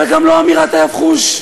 וגם לא אמירת ה"יבחוש".